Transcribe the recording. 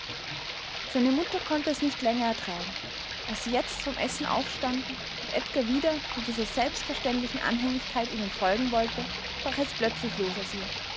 seine mutter konnte es nicht länger ertragen als sie jetzt vom essen aufstanden und edgar wieder mit dieser selbstverständlichen anhänglichkeit ihnen folgen wollte brach es plötzlich los aus ihr